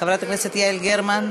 חברת הכנסת יעל גרמן.